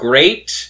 Great